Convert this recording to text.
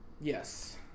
yes